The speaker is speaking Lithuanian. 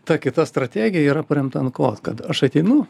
ta kita strategija yra paremta ant ko kad aš ateinu